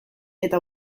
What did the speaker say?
eta